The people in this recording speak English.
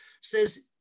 says